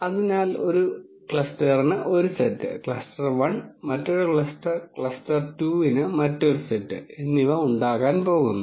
അതിനാൽ ഒരു ക്ലസ്റ്ററിന് ഒരു സെറ്റ് ക്ലസ്റ്റർ 1 മറ്റൊരു ക്ലസ്റ്റർ 2 ന് മറ്റൊരു സെറ്റ് എന്നിവ ഉണ്ടാകാൻ പോകുന്നു